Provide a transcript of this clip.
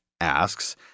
asks